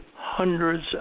hundreds